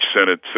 Senate